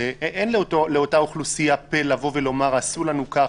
אין לאותה אוכלוסייה פה לבוא ולומר עשו לנו ככה,